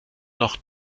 noch